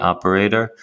Operator